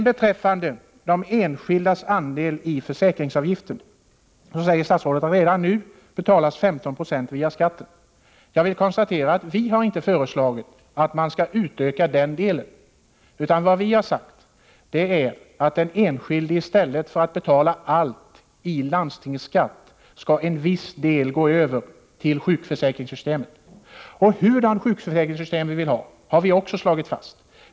Beträffande de enskildas andel i försäkringsavgiften säger statsrådet att redan nu betalas 15 90 via skatten. Jag konstaterar att vi inte har föreslagit att man skall utöka den delen. Vad vi har sagt är att i stället för att den enskilde betalar allt i landstingsskatt skall en viss del gå över sjukförsäkringssystemet. Och hurdant sjukförsäkringssystem vi vill ha har vi också slagit fast.